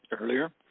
earlier